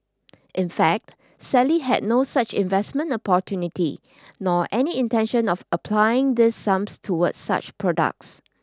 in fact Sally had no such investment opportunity nor any intention of applying these sums towards such products